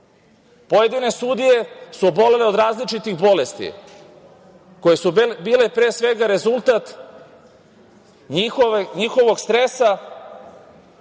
Pojedine sudije su obolele od različitih bolesti, koje su bile, pre svega, rezultat njihovog stresa